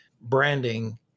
Branding